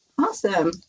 Awesome